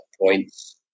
points